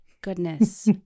goodness